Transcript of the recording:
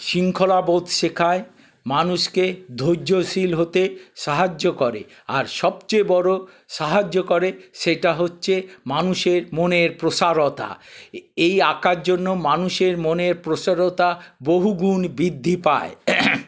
শৃঙ্খলা বোধ শেখায় মানুষকে ধৈর্যশীল হতে সাহায্য করে আর সবচেয়ে বড়ো সাহায্য করে সেটা হচ্ছে মানুষের মনের প্রসারতা এই আঁকার জন্য মানুষের মনের প্রসারতা বহুগুণ বৃদ্ধি পায়